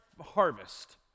harvest